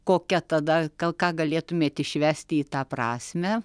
kokia tada gal ką galėtumėt išvesti į tą prasmę